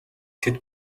тэд